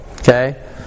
Okay